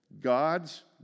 God's